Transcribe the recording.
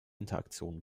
interaktion